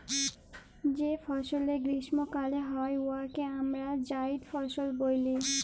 যে ফসলে গীষ্মকালে হ্যয় উয়াকে আমরা জাইদ ফসল ব্যলি